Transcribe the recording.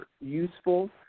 useful